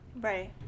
Right